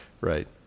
right